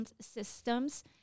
systems